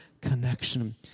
connection